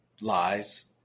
lies